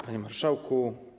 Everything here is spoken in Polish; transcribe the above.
Panie Marszałku!